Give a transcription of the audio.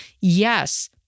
Yes